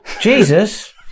Jesus